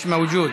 מיש מווג'וד,